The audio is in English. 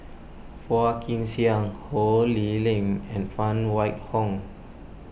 Phua Kin Siang Ho Lee Ling and Phan Wait Hong